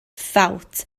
ffawt